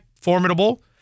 formidable